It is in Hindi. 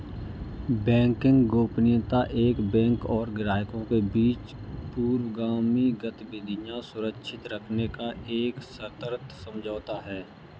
बैंकिंग गोपनीयता एक बैंक और ग्राहकों के बीच पूर्वगामी गतिविधियां सुरक्षित रखने का एक सशर्त समझौता है